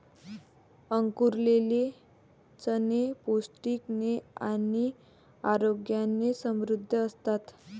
अंकुरलेले चणे प्रोटीन ने आणि आरोग्याने समृद्ध असतात